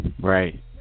Right